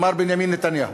מר בנימין נתניהו.